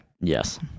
Yes